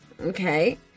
okay